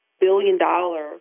billion-dollar